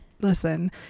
Listen